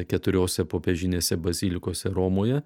keturiose popierinėse bazilikose romoje